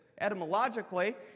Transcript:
etymologically